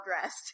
dressed